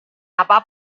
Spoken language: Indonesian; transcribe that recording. apa